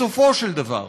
בסופו של דבר,